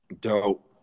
Dope